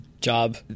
Job